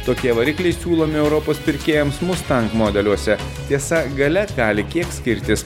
tokie varikliai siūlomi europos pirkėjams mustang modeliuose tiesa galia gali kiek skirtis